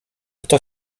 kto